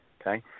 Okay